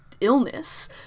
illness